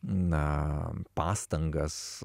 na pastangas